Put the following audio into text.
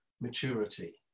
maturity